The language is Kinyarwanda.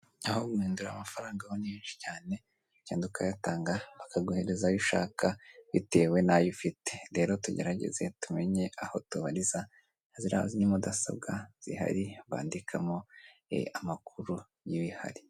Aho guhindura amafaranga ho ni henshi cyane ugenda ukayatanga bakaguhereza ayo ushaka bitewe n'ayo ufite, rero tugerageze tumenye aho tubariza ziriya ni mudasobwa zihari bandikamo amakuru y'ibihari.